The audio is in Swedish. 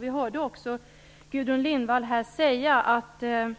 Vi hörde också Gudrun Lindvall säga att det